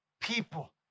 people